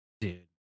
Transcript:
dude